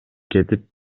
кетип